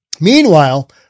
Meanwhile